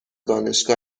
دانشگاه